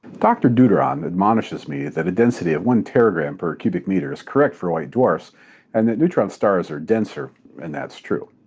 dr. deuteron deuteron admonishes me that a density of one teragram per cubic meter is correct for white dwarfs and that neutron stars are denser and that's true.